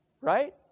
Right